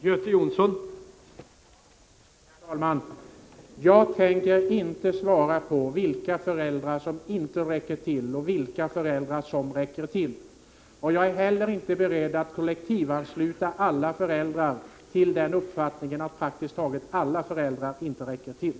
Herr talman! Jag tänker inte svara på frågan om vilka föräldrar som inte räcker till och vilka som gör det. Jag är heller inte beredd att kollektivansluta alla föräldrar till uppfattningen att praktiskt taget inga föräldrar räcker till.